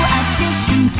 addition